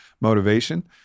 motivation